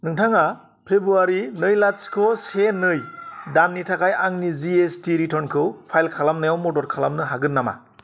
नोंथाङा फेब्रुवारि नै लाथिख' से नै दाननि थाखाय आंनि जि एस टि रिटार्नखौ फाइल खालामनायाव मदद खालामनो हागोन नामा